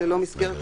אתה סוגר אותם.